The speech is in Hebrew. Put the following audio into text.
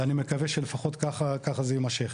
ואני מקווה שלפחות ככה זה יימשך.